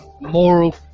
moral